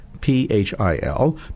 P-H-I-L